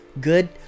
good